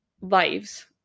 lives